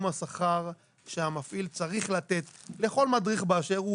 השכר שהמפעיל צריך לתת לכל מדריך באשר הוא,